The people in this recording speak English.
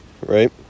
right